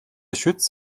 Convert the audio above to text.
schütz